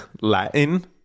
Latin